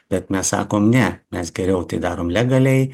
bet mes sakom ne mes geriau tai darom legaliai